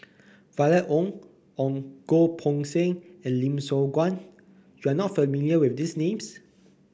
Violet Oon Goh Poh Seng and Lim Siong Guan You are not familiar with these names